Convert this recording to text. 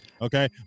Okay